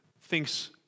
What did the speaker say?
thinks